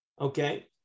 Okay